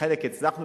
בחלק הצלחנו,